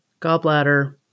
gallbladder